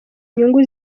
nyungu